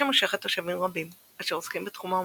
מושכת תושבים רבים אשר עוסקים בתחום האומנות,